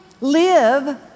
live